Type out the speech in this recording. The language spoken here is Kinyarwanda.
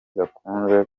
gakunze